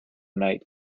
night